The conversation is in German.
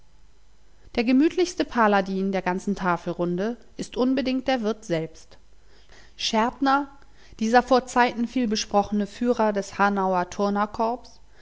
der gemütlichste paladin der ganzen tafelrunde ist unbedingt der wirt selbst schärtner dieser vor zeiten vielbesprochne führer des hanauer